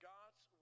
God's